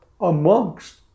amongst